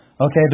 Okay